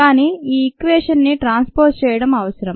కాని ఈ "equation" transposed చేయడం అవసరం